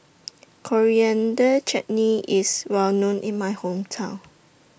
Coriander Chutney IS Well known in My Hometown